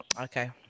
Okay